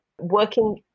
working